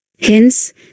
Hence